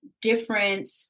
different